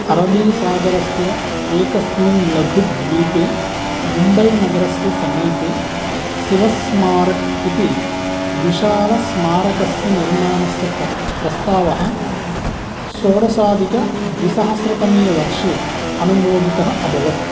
अरबीसागरस्य एकस्मिन् लघुद्वीपे मुम्बैनगरस्य समीपे शिवस्मारकम् इति विशालस्मारकस्य निर्माणस्य प्र प्रस्तावः षोडशाधिकद्विसहस्रतमे वर्षे अनुमोदितः अभवत्